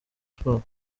sports